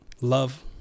love